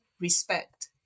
respect